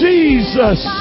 Jesus